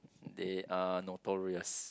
they uh notorious